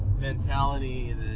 mentality